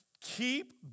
keep